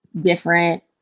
different